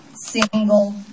single